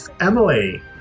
Emily